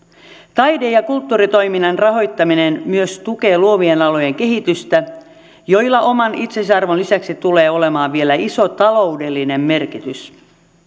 taide ja kulttuuritoiminnan rahoittaminen myös tukee luovien alojen kehitystä ja niillä tulee olemaan oman itseisarvonsa lisäksi vielä iso taloudellinen merkitys